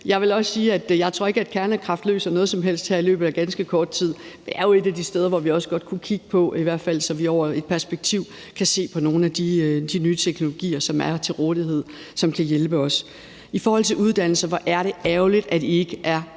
Jeg vil også sige, at jeg ikke tror, at kernekraft løser noget som helst i løbet af ganske kort tid. Det er jo et af de steder, hvor vi også godt kunne kigge på det, i hvert fald så vi med et tidsperspektiv kan se på nogle af de nye teknologier, som er til rådighed, og som kan hjælpe os. I forhold til uddannelse vil jeg sige, at hvor er det ærgerligt, at I ikke er